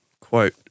quote